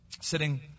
sitting